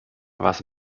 was